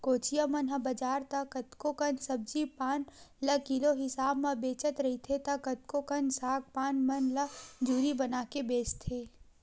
कोचिया मन ह बजार त कतको कन सब्जी पान ल किलो हिसाब म बेचत रहिथे त कतको कन साग पान मन ल जूरी बनाके बेंचथे